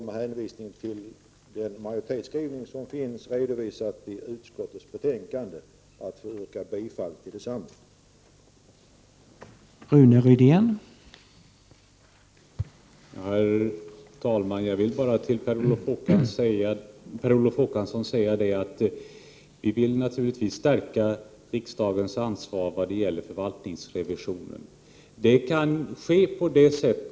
Med hänvisning till den majoritetsskrivning som finns redovisad i utskottets betänkande ber jag att få yrka bifall till utskottets hemställan.